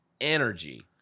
energy